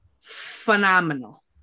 phenomenal